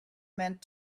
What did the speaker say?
meant